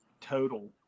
total